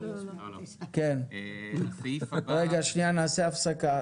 לא, לא, הסעיף הבא --- רגע שנייה, נעשה הפסקה.